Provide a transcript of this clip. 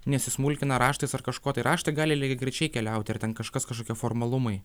nesismulkina raštais ar kažko tai raštai gali lygiagrečiai keliauti ar ten kažkas kažkokie formalumai